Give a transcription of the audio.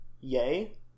yay